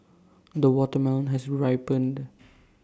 the watermelon has ripened